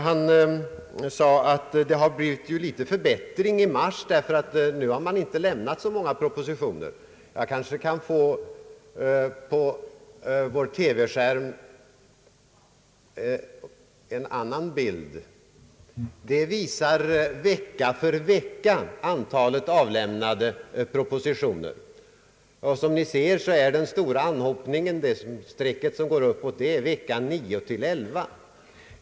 Han sade att det har blivit någon förbättring i mars, ty då har regeringen inte lämnat så många propositioner. Jag kan på vår TV-skärm ge en annan bild, som vecka för vecka visar antalet avlämnade propositioner. Som kammarens ledamöter ser har vi den stora anhopningen — det uppåtgående strecket — under veckorna 9—11.